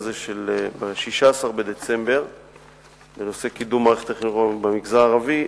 ב-16 בדצמבר בנושא קידום מערכת החינוך במגזר הערבי,